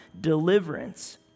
deliverance